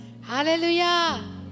Hallelujah